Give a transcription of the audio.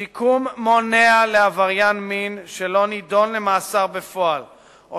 שיקום מונע לעבריין מין שלא נידון למאסר בפועל או